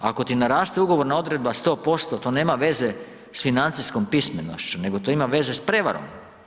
Ako ti naraste ugovorna odredba 100%, to nema veze s financijskom pismenošću nego to ima veze s prevarom.